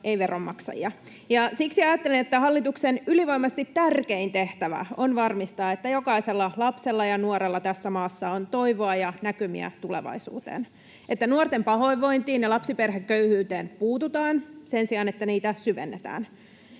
Siksi ajattelen, että hallituksen ylivoimaisesti tärkein tehtävä on varmistaa, että jokaisella lapsella ja nuorella tässä maassa on toivoa ja näkymiä tulevaisuuteen ja että nuorten pahoinvointiin ja lapsiperheköyhyyteen puututaan sen sijaan, että niitä syvennetään.